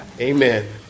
Amen